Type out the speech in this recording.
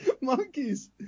monkeys